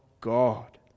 God